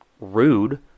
rude